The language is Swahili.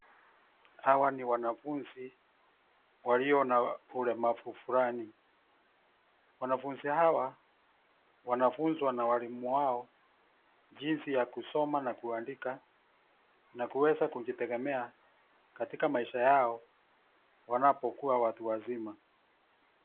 Hawa ni wanafunzi, walio na ulemavu fulani, wanafunzi hawa, wanafunzwa na walimu wao, jinsi ya kusoma na kuandika, na kuweza kujitegemea, katika maisha yao, wanapokua watu wazima.